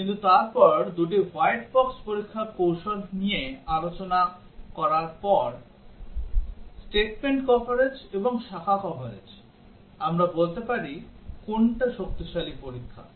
কিন্তু তারপর দুটি হোয়াইট বক্স পরীক্ষার কৌশল নিয়ে আলোচনা করার পর statement কভারেজ এবং শাখা কভারেজ আমরা বলতে পারি কোনটি শক্তিশালী পরীক্ষা